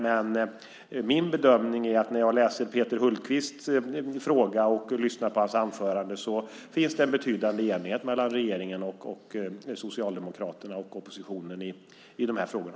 Men min bedömning när jag läser Peter Hultqvists interpellation och lyssnar på hans anförande är att det finns en betydande enighet mellan regeringen och Socialdemokraterna i de här frågorna.